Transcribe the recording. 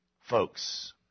Folks